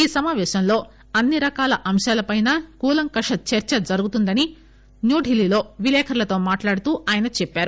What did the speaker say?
ఈ సమాపేశంలో అన్సిరకాల అంశాలపైనా కూలంకష చర్చ జరుగుతున్నదని న్యూఢిల్లీలో విలేకరులతో మాట్లాడుతూ ఆయన చెప్పారు